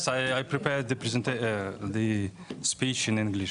(מדבר באנגלית, להלן תרגום חופשי)